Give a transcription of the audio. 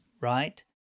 right